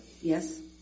Yes